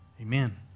Amen